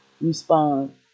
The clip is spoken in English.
respond